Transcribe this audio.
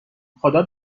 خدا